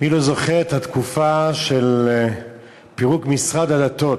מי לא זוכר את התקופה של פירוק משרד הדתות,